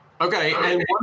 Okay